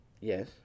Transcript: Yes